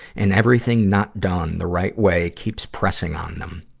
and everything not done the right way keeps pressing on them.